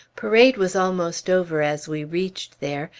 parade was almost over as we reached there,